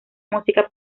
música